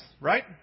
right